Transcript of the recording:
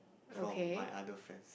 from my other friends